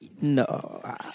No